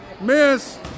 miss